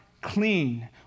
clean